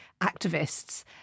activists